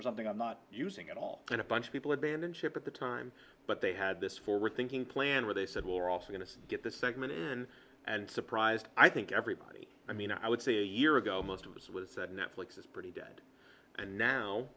for something i'm not using at all and a bunch of people abandon ship at the time but they had this forward thinking plan where they said we're also going to get this segment in and surprised i think everybody i mean i would say a year ago most of us with netflix is pretty dead and now